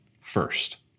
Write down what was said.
first